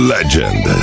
Legend